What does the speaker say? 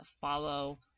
follow